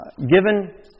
given